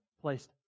placed